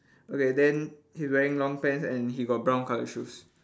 okay then he's wearing long pants and he got brown coloured shoes